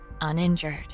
uninjured